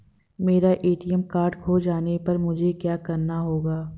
मेरा ATM card खो जाने पर मुझे क्या करना होगा?